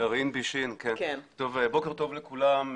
טוב, בוקר טוב לכולם.